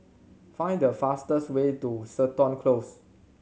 find the fastest way to Seton Close